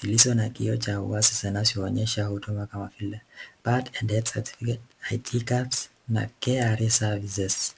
zilizo na kioo cha wazi zinazoonyesha huduma kama vile birth and death certificates, ID cards na KRA services